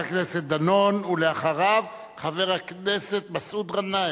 חבר הכנסת דנון, אחריו, חבר הכנסת מסעוד גנאים.